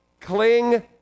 cling